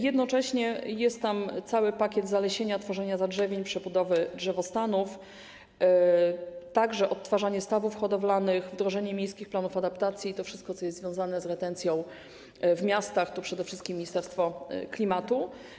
Jednocześnie jest tam cały pakiet zalesienia, tworzenia zadrzewień, przebudowy drzewostanów, także odtwarzanie stawów hodowlanych, wdrożenie miejskich planów adaptacji i to wszystko, co jest związane z retencją w miastach - to przede wszystkim Ministerstwo Klimatu.